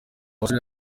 basore